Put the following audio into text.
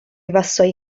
vassoi